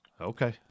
okay